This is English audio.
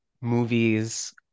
movies